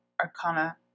arcana